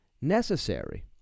necessary